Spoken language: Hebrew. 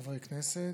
חברי הכנסת,